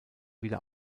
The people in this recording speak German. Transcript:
wieder